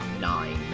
nine